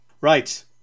Right